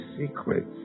secrets